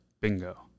Bingo